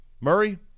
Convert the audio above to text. Murray